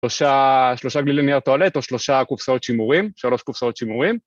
שלושה גלילי נייר טואלט או שלושה קופסאות שימורים, שלוש קופסאות שימורים.